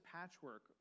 patchwork